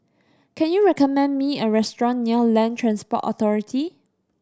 can you recommend me a restaurant near Land Transport Authority